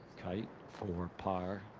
kite for par.